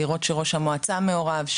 לראות שראש המועצה מעורב,